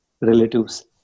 relatives